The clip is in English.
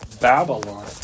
Babylon